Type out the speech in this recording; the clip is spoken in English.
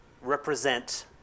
represent